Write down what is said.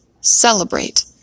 Celebrate